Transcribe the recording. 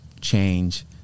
change